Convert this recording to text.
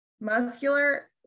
muscular